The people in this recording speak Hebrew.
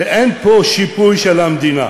ואין פה שיפוי של המדינה.